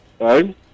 Right